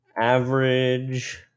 average